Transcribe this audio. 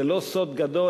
זה לא סוד גדול,